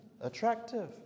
attractive